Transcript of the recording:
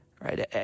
Right